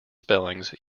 spellings